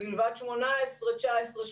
מלבד 2018 שהיינו,